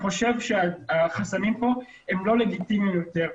לדעתי, החסמים פה הם לא לגיטימיים יותר.